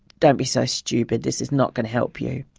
don't be so stupid, this is not going to help you.